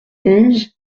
onze